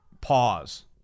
pause